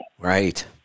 Right